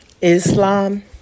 Islam